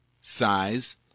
size